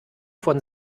von